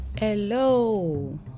hello